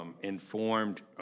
Informed